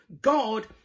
God